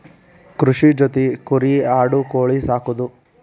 ಕೃಷಿ ಜೊತಿ ಕುರಿ ಆಡು ಕೋಳಿ ಸಾಕುದು